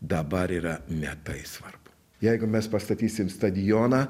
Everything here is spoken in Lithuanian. dabar yra ne tai svarbu jeigu mes pastatysim stadioną